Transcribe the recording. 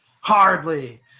Hardly